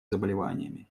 заболеваниями